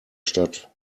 stadt